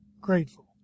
grateful